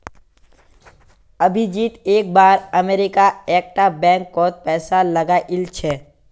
अभिजीत एक बार अमरीका एक टा बैंक कोत पैसा लगाइल छे